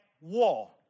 war